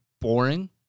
boring